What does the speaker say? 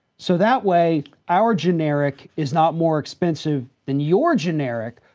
so that way our generic is not more expensive than your generic.